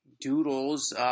doodles